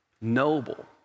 noble